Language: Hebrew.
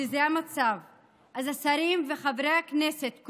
השרים וחברי הכנסת,